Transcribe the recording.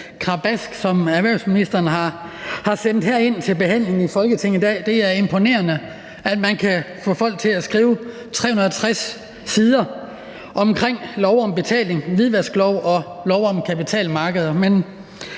krabat, som erhvervsministeren har sendt herind til behandling i Folketinget i dag. Det er imponerende, at man kan få folk til at skrive 360 sider om lov om betalinger, hvidvaskloven og lov om kapitalmarkeder.